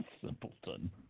Simpleton